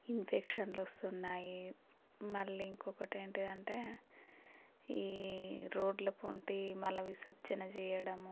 ఇన్ఫెక్షన్లు వస్తున్నాయి మళ్ళీ ఇంకొకటి ఏంటిది అంటే ఈ రోడ్ల వెంట మలవిసర్జన చేయడము